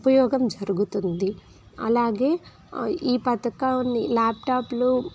ఉపయోగం జరుగుతుంది అలాగే ఈ పథకాన్ని ల్యాప్టాప్లు